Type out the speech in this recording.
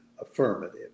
affirmative